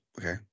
Okay